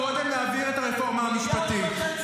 קודם נעביר את הרפורמה המשפטית.